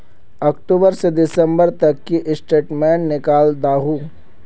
अक्टूबर से दिसंबर तक की स्टेटमेंट निकल दाहू?